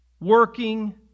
working